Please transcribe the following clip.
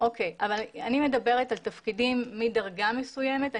אני מדברת על תפקידים מדרגה מסוימת.